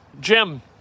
Jim